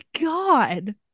God